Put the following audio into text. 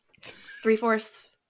three-fourths